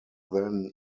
than